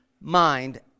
mind